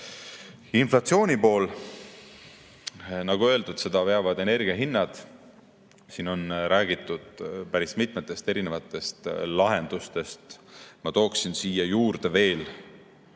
Inflatsiooni pool. Nagu öeldud, seda veavad energia hinnad. Siin on räägitud päris mitmetest erinevatest lahendustest. Ma tooksin siia juurde veel